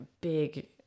big